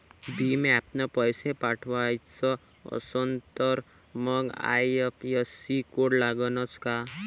भीम ॲपनं पैसे पाठवायचा असन तर मंग आय.एफ.एस.सी कोड लागनच काय?